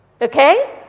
Okay